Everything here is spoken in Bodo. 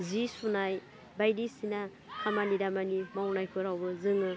जि सुनाय बायदिसिना खामानि दामानि मावनायफोरावबो जोङो